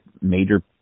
major